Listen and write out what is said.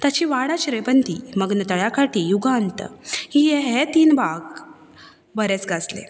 ताची वाडा चिरेबंदी मग्न तळ्याकाठी युगान्त ही हे तीन भाग बरेंच गाजले